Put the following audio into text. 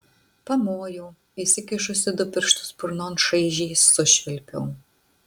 pamojau įsikišusi du pirštus burnon šaižiai sušvilpiau